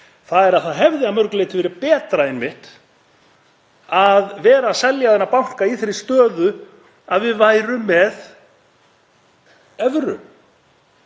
er að það hefði að mörgu leyti verið betra að vera að selja þennan banka í þeirri stöðu að við værum með evru.